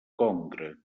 congre